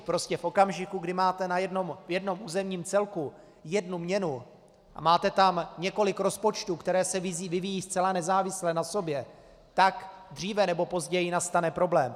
Prostě v okamžiku, kdy máte v jednom územním celku jednu měnu a máte tam několik rozpočtů, které se vyvíjejí zcela nezávisle na sobě, tak dříve nebo později nastane problém.